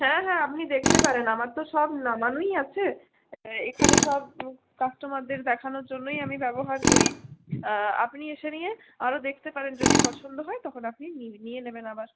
হ্যাঁ হ্যাঁ আপনি দেখতে পারেন আমার তো সব নামানোই আছে এখানে সব কাস্টমারদের দেখানোর জন্যই আমি ব্যবহার করি আপনি এসে নিয়ে আরও দেখতে পারেন যদি পছন্দ হয় তখন আপনি নিয়ে নেবেন আবার